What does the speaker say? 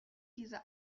dieser